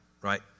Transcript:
right